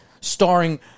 starring